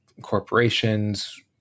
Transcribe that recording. corporations